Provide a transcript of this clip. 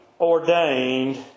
ordained